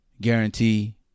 guarantee